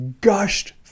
gushed